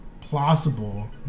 plausible